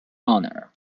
honor